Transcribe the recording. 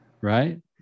Right